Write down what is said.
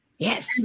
Yes